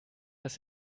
das